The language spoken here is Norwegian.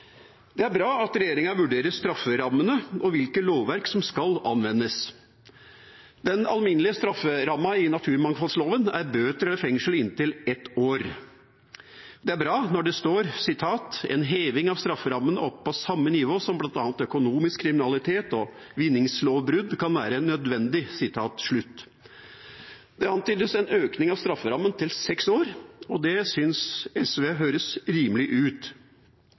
Det er bra at regjeringa vurderer strammerammene og hvilke lovverk som skal anvendes. Den alminnelige strafferammen i naturmangfoldloven er bøter eller fengsel i inntil ett år. Det er bra når det står: «En heving av strafferammene opp på samme nivå som blant annet økonomisk kriminalitet og vinningslovbrudd kan være nødvendig Det antydes en økning av strafferammen til seks år, og det synes SV høres rimelig ut.